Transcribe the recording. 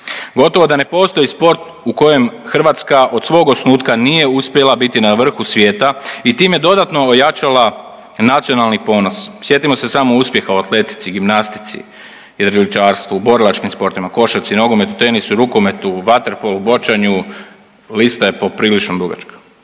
Gotovo da ne postoji sport u kojem Hrvatska od svog osnutka nije uspjela biti na vrhu svijeta i time dodatno ojačala nacionalni ponos. Sjetimo se samo uspjeha u atletici, gimnastici, jedriličarstvu, borilačkim sportovima, košarci, nogometu, tenisu, rukometu, vaterpolu, bočanju lista je poprilično dugačka.